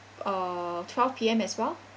uh twelve P_M as well